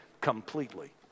completely